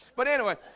but anyway